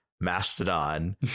Mastodon